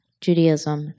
Judaism